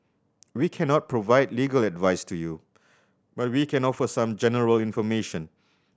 we cannot provide legal advice to you but we can offer some general information